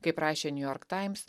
kaip rašė new york times